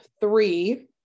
three